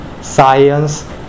science